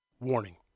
Warning